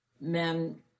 men